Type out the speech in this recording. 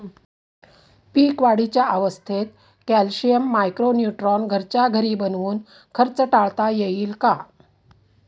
पीक वाढीच्या अवस्थेत calcium, micro neutron घरच्या घरी बनवून खर्च टाळता येईल का?